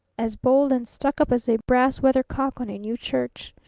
as bold and stuck-up as a brass weathercock on a new church,